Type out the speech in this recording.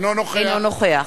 אינו נוכח אינו נוכח.